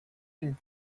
and